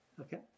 Okay